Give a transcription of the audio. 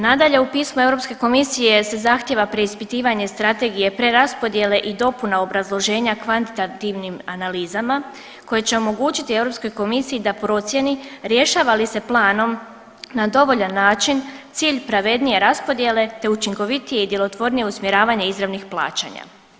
Nadalje, u pismu Europske komisije se zahtijeva preispitivanje strategije preraspodjele i dopune obrazloženja kvantitativnim analizama koje će omogućiti Europskoj komisiji da procijeni rješava li se planom na dovoljan način cilj pravednije raspodjele, te učinkovitije i djelotvornije usmjeravanje izravnih plaćanja.